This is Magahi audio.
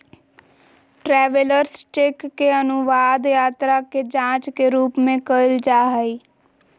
ट्रैवेलर्स चेक के अनुवाद यात्रा के जांच के रूप में कइल जा हइ